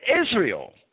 Israel